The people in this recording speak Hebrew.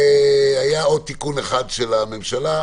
והיה עוד תיקון אחד של הממשלה,